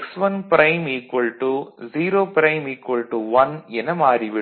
x1' 0' 1 என மாறி விடும்